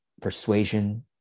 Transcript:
persuasion